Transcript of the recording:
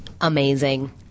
Amazing